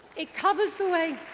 it covers the way